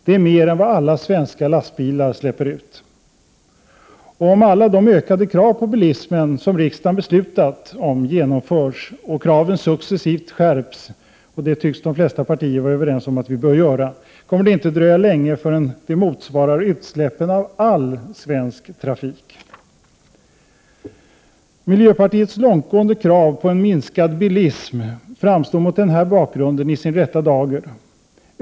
Det är mer än vad alla svenska lastbilar släpper ut. Och om alla de ökade krav på bilismen som riksdagen beslutat genomförs och kraven successivt skärps — och det tycks de flesta partier vara överens om — kommer det inte att dröja länge förrän det motsvarar utsläppen från all svensk trafik. Miljöpartiets långtgående krav på en minskad bilism framstår mot denna bakgrund i sin rätta dager.